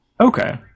Okay